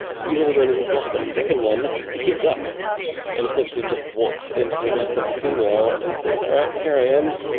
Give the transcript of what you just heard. usually when he has lost that second one he gives up and essentially just walks into the mouth of the female and says, all right, and here i am,